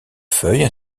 feuilles